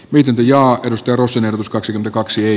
miten linjaa edusti rusanen s kaksi kaksi